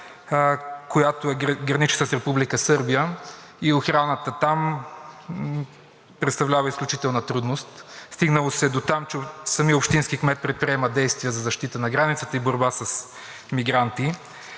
която граничи с Република Сърбия, и охраната там представлява изключителна трудност – стигнало се е дотам, че самият общински кмет предприема действия за защита на границата и борба с мигранти,